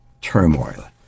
turmoil